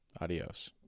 Adios